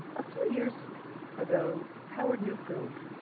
a few years ago, howard neukrug,